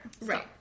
Right